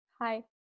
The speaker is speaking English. hi